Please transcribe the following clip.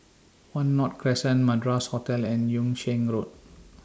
one North Crescent Madras Hotel and Yung Sheng Road